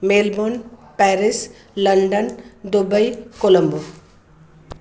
Melbourne Paris London Dubai Colombo